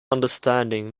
understanding